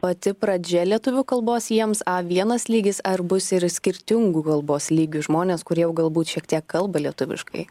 pati pradžia lietuvių kalbos jiems a vienas lygis ar bus ir skirtingų kalbos lygių žmonės kurie jau galbūt šiek tiek kalba lietuviškai